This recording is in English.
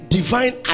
divine